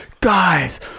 guys